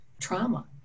trauma